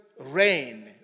rain